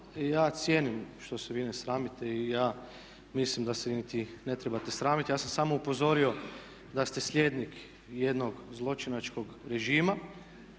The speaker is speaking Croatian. Ja cijenim što se vi ne sramite i ja mislim da se niti ne trebate sramiti. Ja sam samo upozorio da ste slijednik jednog zločinačkog režima,